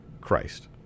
Christ